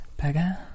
Pega